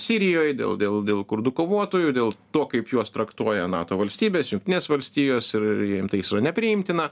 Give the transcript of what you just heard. sirijoj dėl dėl dėl kurdų kovotojų dėl to kaip juos traktuoja nato valstybės jungtinės valstijos ir jiem tais yra nepriimtiną